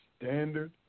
standard